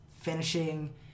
finishing